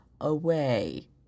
away